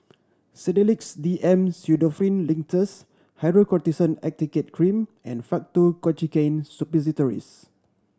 Sedilix D M Pseudoephrine Linctus Hydrocortisone Acetate Cream and Faktu Cinchocaine Suppositories